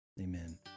amen